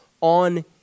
on